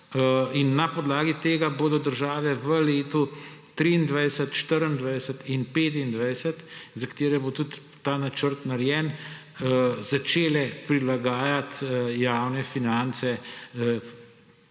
in na podlagi tega bodo države v letih 2023, 2024 in 2025, za katera bo tudi ta načrt narejen, začele prilagajati javne finance